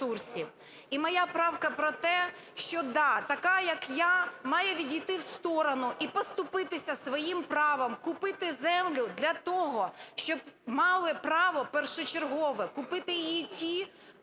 і моя правка про те, що да, така, як я, має відійти в сторону і поступитися своїм правом купити землю для того, щоб мали право першочергове купити її ті,